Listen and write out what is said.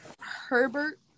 Herbert